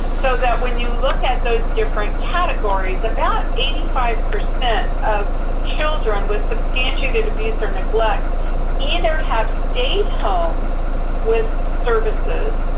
so that, when you look at those different categories, about eighty five percent of children with substantiated abuse or neglect either have stayed homes with services,